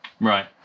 Right